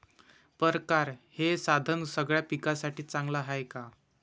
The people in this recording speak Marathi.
परकारं हे साधन सगळ्या पिकासाठी चांगलं हाये का?